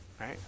Right